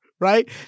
right